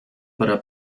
para